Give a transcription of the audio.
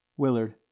Willard